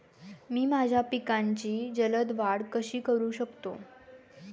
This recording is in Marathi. मी माझ्या पिकांची जलद वाढ कशी करू शकतो?